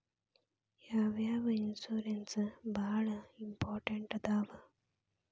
ಯಾವ್ಯಾವ ಇನ್ಶೂರೆನ್ಸ್ ಬಾಳ ಇಂಪಾರ್ಟೆಂಟ್ ಅದಾವ?